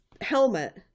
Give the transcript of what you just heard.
helmet